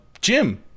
jim